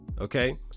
Okay